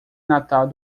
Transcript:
natal